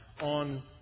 on